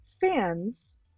fans